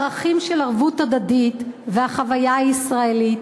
ערכים של ערבות הדדית והחוויה הישראלית,